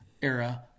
era